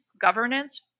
governance